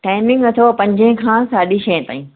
timing अथव पंजें खां साढी छहें ताईं